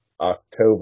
October